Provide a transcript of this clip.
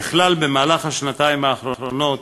ככלל, במהלך השנתיים האחרונות